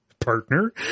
partner